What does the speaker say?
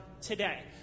today